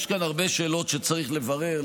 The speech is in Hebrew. יש כאן הרבה שאלות שצריך לברר,